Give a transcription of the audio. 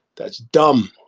that's dumb,